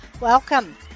Welcome